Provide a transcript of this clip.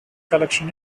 collection